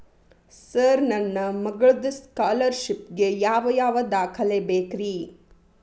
Sir ನನ್ನ ಮಗ್ಳದ scholarship ಗೇ ಯಾವ್ ಯಾವ ದಾಖಲೆ ಬೇಕ್ರಿ?